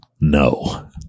no